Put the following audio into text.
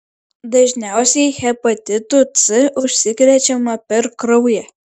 dažniausiai hepatitu c užsikrečiama per kraują